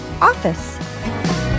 OFFICE